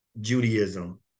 Judaism